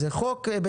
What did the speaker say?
זה חוק בתוקף?